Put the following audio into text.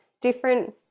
different